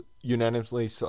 unanimously